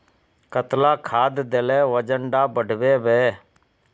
कतला खाद देले वजन डा बढ़बे बे?